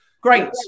Great